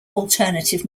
alternative